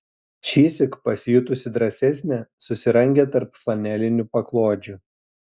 šįsyk pasijutusi drąsesnė susirangė tarp flanelinių paklodžių